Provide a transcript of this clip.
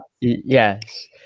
Yes